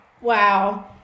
Wow